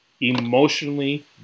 emotionally